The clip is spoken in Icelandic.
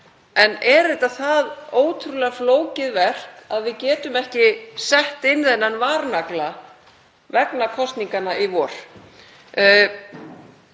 en er þetta svo ótrúlega flókið verk að við getum ekki sett inn þennan varnagla vegna kosninganna í vor?